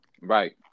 Right